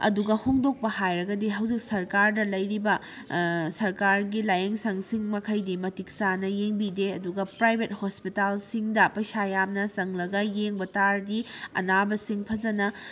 ꯑꯗꯨꯒ ꯍꯣꯡꯗꯣꯛꯄ ꯍꯥꯏꯔꯒꯗꯤ ꯍꯧꯖꯤꯛ ꯁꯔꯀꯥꯔꯗ ꯂꯩꯔꯤꯕ ꯁꯔꯀꯥꯔꯒꯤ ꯂꯥꯏꯌꯦꯡꯁꯪꯁꯤꯡ ꯃꯈꯩꯗꯤ ꯃꯇꯤꯛ ꯆꯥꯅ ꯌꯦꯡꯕꯤꯗꯦ ꯑꯗꯨꯒ ꯄꯔꯥꯏꯕꯦꯠ ꯍꯣꯁꯄꯤꯇꯥꯜꯁꯤꯡꯗ ꯄꯩꯁꯥ ꯌꯥꯝꯅ ꯆꯪꯂꯒ ꯌꯦꯡꯕ ꯇꯥꯔꯗꯤ ꯑꯅꯥꯕꯁꯤꯡ ꯐꯖꯟꯅ